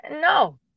No